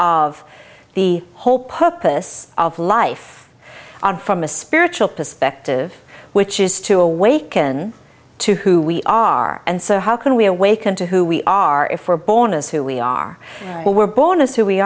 of the whole purpose of life from a spiritual perspective which is to awaken to who we are and so how can we awaken to who we are if we're born as who we are we're born as who we